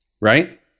Right